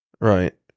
right